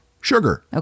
sugar